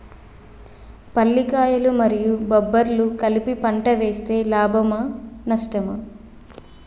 పల్లికాయలు మరియు బబ్బర్లు కలిపి పంట వేస్తే లాభమా? నష్టమా?